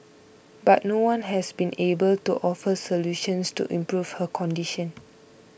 but no one has been able to offer solutions to improve her condition